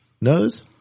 nose